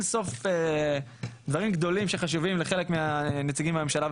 סוף דברים גדולים שחשובים לחלק מהנציגים בממשלה,